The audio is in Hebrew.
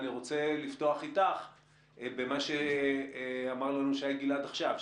אני רוצה לפתוח איתך במה שאמר לנו שי גלעד עכשיו,